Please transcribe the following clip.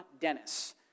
Dennis